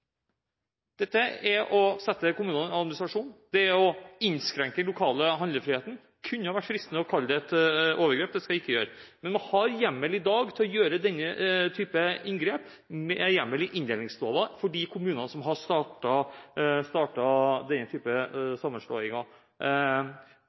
Dette er å sette kommunene under administrasjon. Det er å innskrenke den lokale handlefriheten. Det kunne vært fristende å kalle det et overgrep – det skal jeg ikke gjøre. Man har i dag hjemmel til å gjøre denne type inngrep, med hjemmel i inndelingsloven, overfor de kommunene som har